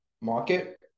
market